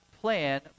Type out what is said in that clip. plan